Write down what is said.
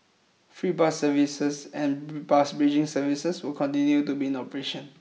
free bus services and bus bridging services will continue to be in operation